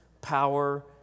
power